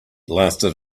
lasted